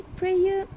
prayer